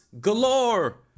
galore